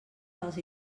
dels